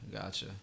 gotcha